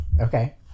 Okay